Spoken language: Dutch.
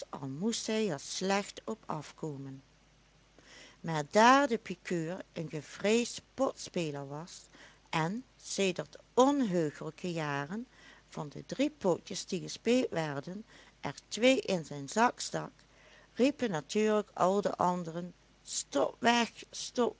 moest hij er slecht op afkomen maar daar de pikeur een gevreesd potspeler was en sedert onheuglijke jaren van de drie potjes die gespeeld werden er twee in zijn zak stak riepen natuurlijk al de anderen stop weg